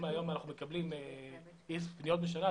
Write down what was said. אם היום אנחנו מקבלים איקס פניות בשנה,